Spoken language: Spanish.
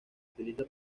utiliza